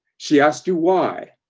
she asked you why.